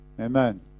Amen